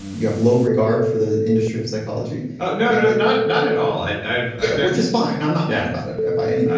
you have low regard for the industry of psychology you know not not at all. i've i've which is fine. i'm not mad about it by any means,